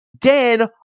Dan